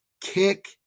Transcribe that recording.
kick